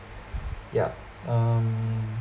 yup um